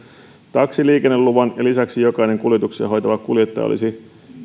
taksiliikenneluvan ja lisäksi jokaiselta kuljetuksia hoitavalta kuljettajalta olisi